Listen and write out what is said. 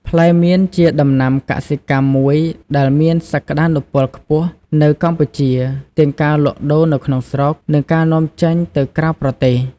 ផ្លែមៀនជាដំណាំកសិកម្មមួយដែលមានសក្តានុពលខ្ពស់នៅកម្ពុជា ទាំងការលក់ដូរនៅក្នុងស្រុក និងការនាំចេញទៅក្រៅប្រទេស។